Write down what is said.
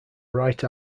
right